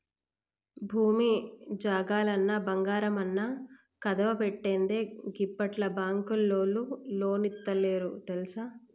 భూమి జాగలన్నా, బంగారమన్నా కుదువబెట్టందే గిప్పట్ల బాంకులోల్లు లోన్లిత్తలేరు తెల్సా